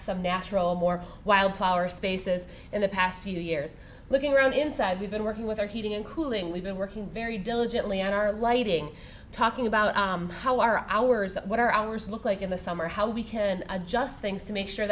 some natural more wild flower spaces in the past few years looking around inside we've been working with our heating and cooling we've been working very diligently on our lighting talking about how our hours what our hours look like in the summer how we can adjust things to make sure